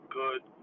good